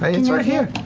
it's right here.